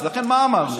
אז לכן, מה אמרנו?